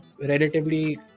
relatively